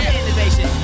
innovation